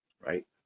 right